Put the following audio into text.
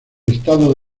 estado